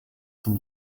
zum